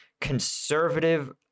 conservative